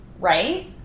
right